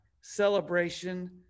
celebration